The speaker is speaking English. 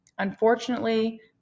Unfortunately